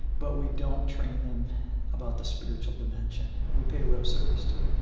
but we don't train them about the spiritual dimension. we pay lip service to it. you